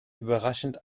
überraschend